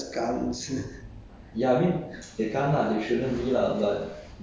actually I don't think monks can possess guns